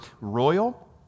royal